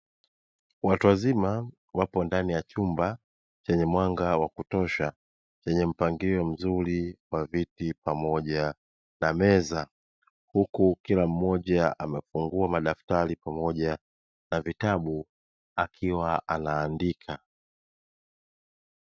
Watu wazima wapo ndani ya chumba chenye mwanga wa kutosha, chenye mpangilio mzuri wa viti pamoja na meza, huku kila mmoja amefungua madaftari pamoja na vitabu akiwa anaandika.